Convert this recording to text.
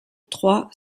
trois